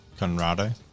Conrado